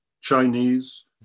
Chinese